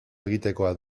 egitekoa